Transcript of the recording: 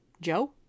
Joe